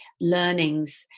learnings